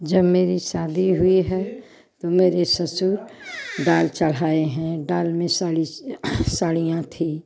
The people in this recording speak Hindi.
जब मेरी शादी हुई है तो मेरे ससुर डाल चढ़ाए हैं डाल में साड़ी साड़ियाँ थीं